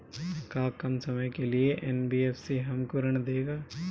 का कम समय के लिए एन.बी.एफ.सी हमको ऋण देगा?